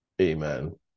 Amen